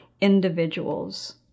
individuals